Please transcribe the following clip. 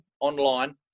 online